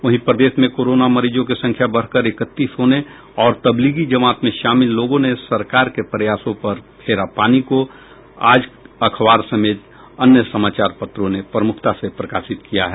वहीं प्रदेश में कोरोना मरीजों की संख्या बढ़कर इक्तीस होने और तबलीगी जमात में शामिल लोगों ने सरकार के प्रयासों पर फेरा पानी को आज अखबार समेत अन्य समाचार पत्रों ने प्रमुखता से प्रकाशित किया है